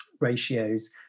ratios